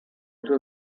due